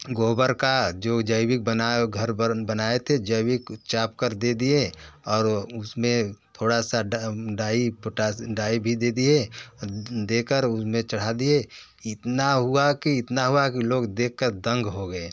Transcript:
गोबर का जो जैविक बना घर पर बनाए थे जैविक चाप कर दे दिए और उस में थोड़ा सा डाई पोटाश डाई भी दे दिए दे कर उन में चढ़ा दिए इतना हुआ कि इतना हुआ कि लोग देख कर दंग हो गए